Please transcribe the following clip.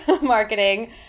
marketing